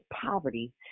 poverty